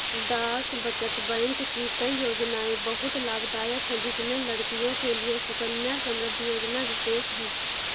डाक बचत बैंक की कई योजनायें बहुत लाभदायक है जिसमें लड़कियों के लिए सुकन्या समृद्धि योजना विशेष है